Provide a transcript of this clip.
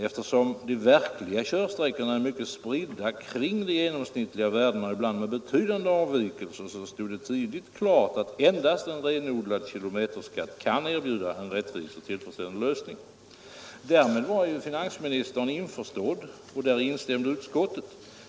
Eftersom de verkliga körsträckorna är mycket spridda kring de genomsnittliga värdena, ibland med betydande avvikelser, stod det tidigt klart att endast en renodlad kilometerskatt kan erbjuda en rättvis och tillfredsställande lösning. Därmed var ju finansministern införstådd och däri instämde utskottet.